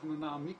אנחנו נעמיק